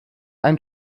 ein